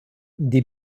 die